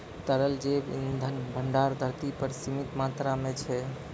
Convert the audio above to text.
तरल जैव इंधन भंडार धरती पर सीमित मात्रा म छै